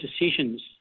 decisions